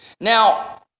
Now